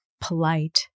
polite